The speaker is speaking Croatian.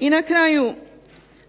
I na kraju